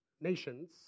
nations